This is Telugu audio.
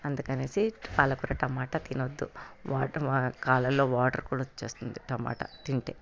అందుకని పాలకూర టమోటా తినద్దు వాటర్ కాళ్ళలో వాటర్ కూడా వస్తుంది టమోటా తింటే